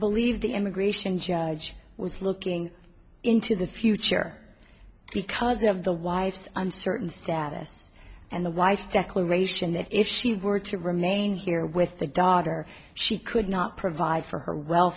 believe the immigration judge was looking into the future because of the wife's i'm certain status and the wife's declaration that if she were to remain here with the daughter she could not provide for her wel